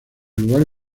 lugar